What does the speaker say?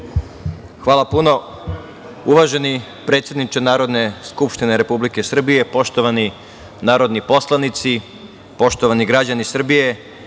Hvala puno. Uvaženi predsedniče Narodne skupštine Republike Srbije, poštovani narodni poslanici, poštovani građani Srbije,